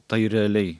tai realiai